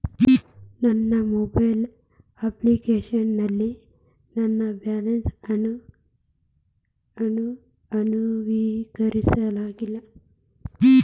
ನನ್ನ mobile application ನಲ್ಲಿ ನನ್ನ ಬ್ಯಾಲೆನ್ಸ್ ಅನ್ನು ನವೀಕರಿಸಲಾಗಿಲ್ಲ